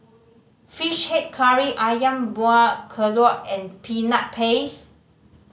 Fish Head Curry Ayam Buah Keluak and Peanut Paste